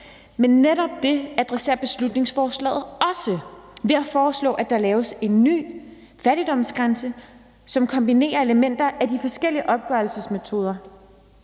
Men netop det adresserer beslutningsforslaget også ved at foreslå, at der laves en ny fattigdomsgrænse, som kombinerer elementer af de forskellige opgørelsesmetoder.